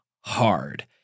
hard